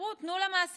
אמרו: תנו למעסיקים,